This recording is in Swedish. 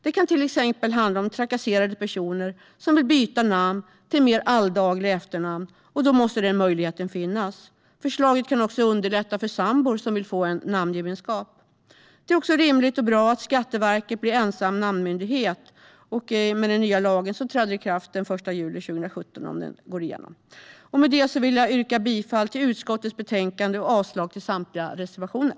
Det kan till exempel handla om trakasserade personer som vill byta till ett mer alldagligt efternamn, och då måste den möjligheten finnas. Förslaget kan också underlätta för sambor som vill få en namngemenskap. Det är också rimligt och bra att Skatteverket blir ensam namnmyndighet med den nya lagen, som - om den går igenom - träder i kraft den 1 juli 2017. Med detta vill jag yrka bifall till utskottets förslag och avslag på samtliga reservationer.